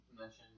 mention